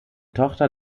tochter